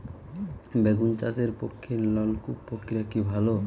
বেগুন চাষের পক্ষে নলকূপ প্রক্রিয়া কি ভালো?